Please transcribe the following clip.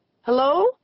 Hello